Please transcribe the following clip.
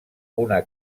una